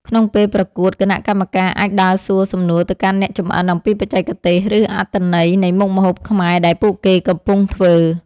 ក្នុងពេលប្រកួត គណៈកម្មការអាចដើរសួរសំណួរទៅកាន់អ្នកចម្អិនអំពីបច្ចេកទេស ឬអត្ថន័យនៃមុខម្ហូបខ្មែរដែលពួកគេកំពុងធ្វើ។